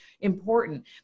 important